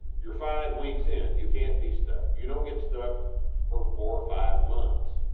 youre five weeks in, you cant be stuck. you dont get stuck for four or five months.